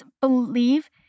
believe